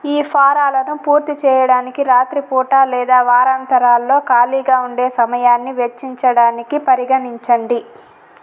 ఈ ఫారాలను పూర్తి చేయడానికి రాత్రిపూట లేదా వారాంతరాల్లో ఖాళీగా ఉండే సమయాన్ని వెచ్చించడానికి పరిగణించండి